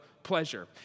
Pleasure